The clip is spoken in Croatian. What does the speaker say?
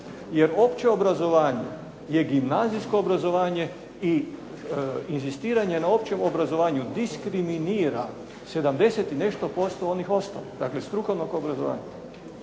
Jer opće obrazovanje je gimnazijsko obrazovanje i inzistiranje na općem obrazovanju diskriminira 70 i nešto posto onih ostalih, dakle strukovnog obrazovanja.